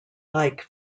like